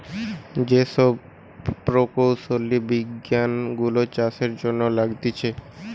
যে সব প্রকৌশলী বিজ্ঞান গুলা চাষের জন্য লাগতিছে